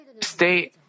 stay